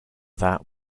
that